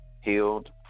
healed